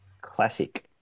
Classic